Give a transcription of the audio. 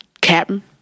Captain